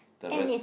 the rest